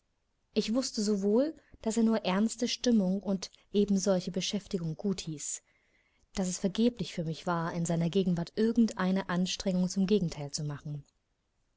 ich wußte sowohl daß er nur ernste stimmung und ebensolche beschäftigung gut hieß daß es vergeblich für mich war in seiner gegenwart irgend eine anstrengung zum gegenteil zu machen